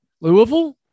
Louisville